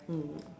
mm